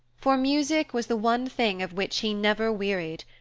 for music was the one thing of which he never wearied,